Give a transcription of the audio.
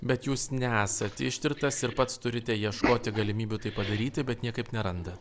bet jūs nesat ištirtas ir pats turite ieškoti galimybių tai padaryti bet niekaip nerandat